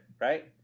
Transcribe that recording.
right